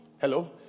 hello